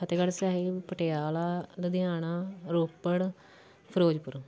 Fatehgarh Sahib Patiala Ludhiana Ropar Firozpur